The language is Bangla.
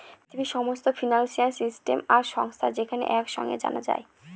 পৃথিবীর সমস্ত ফিনান্সিয়াল সিস্টেম আর সংস্থা যেখানে এক সাঙে জানা যায়